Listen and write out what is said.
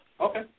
Okay